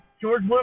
George